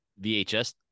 VHS